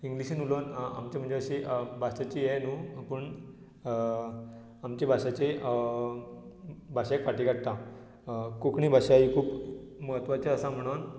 इंग्लिशीन उलोवन आमचे भाशेची हें न्हू पूण आमची भाशेची हें न्हू पूण आमचे भाशेची भाशेक फाटी काडटा कोंकणी भाशा ही खूब म्हत्वाची आसा म्हणोन